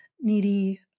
needy